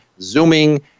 zooming